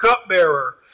cupbearer